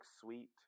sweet